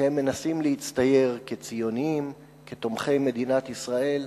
שהם מנסים להצטייר כציונים, כתומכי מדינת ישראל,